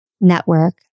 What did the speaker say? network